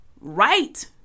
right